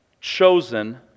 chosen